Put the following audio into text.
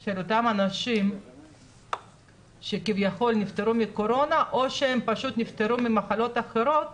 של אותם אנשים שכביכול נפטרו מקורונה או שהם פשוט נפטרו ממחלות אחרות